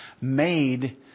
made